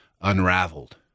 unraveled